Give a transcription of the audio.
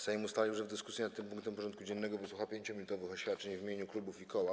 Sejm ustalił, że w dyskusji nad tym punktem porządku dziennego wysłucha 5-minutowych oświadczeń w imieniu klubów i koła.